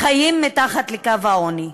חיים מתחת לקו העוני.